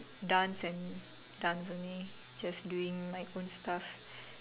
dance and dance only just doing my own stuff